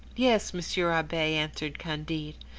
yes, monsieur abbe, answered candide.